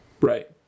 Right